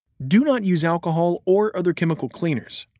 do not use alcohol or other chemical cleaners.